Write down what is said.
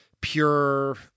pure